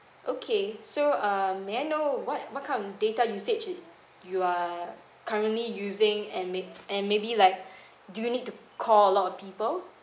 okay so uh may I know what what kind of data usage you are currently using and may and maybe like do you need to call a lot of people